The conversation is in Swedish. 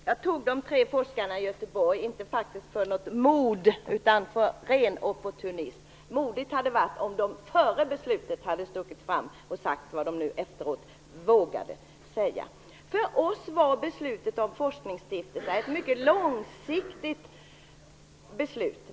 Herr talman! Jag tog upp det de tre forskarna i Göteborg hade sagt för att de visat inte mod utan ren opportunism. Modigt hade det varit om de före beslutet hade stuckit ut hakan och sagt vad de nu, efteråt, vågade säga. För oss var beslutet om forskningsstiftelserna ett mycket långsiktigt beslut.